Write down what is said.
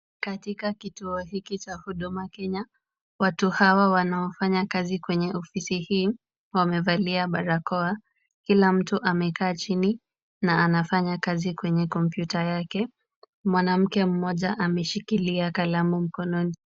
Katika kituo hiki cha Huduma Kenya, watu hawa wanaofanya kazi kwenye ofisi hii wamevalia barakoa. Kila mtu amekaa chini na anafanya kazi kwenye kompyuta yake. Mwanamke mmoja ameshikilia kalamu mkononi.